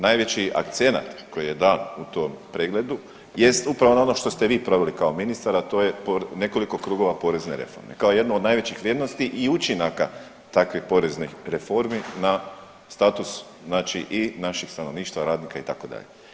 Najveći akcenat koji je dan u tom pregledu jest upravo ono što ste vi proveli kao ministar, a to je nekoliko krugova porezne reforme kao jednu od najvećih vrijednosti i učinaka takvih poreznih reformi na status, znači i naših stanovništva, radnika itd.